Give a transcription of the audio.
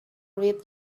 read